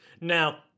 Now